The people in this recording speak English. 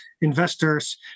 investors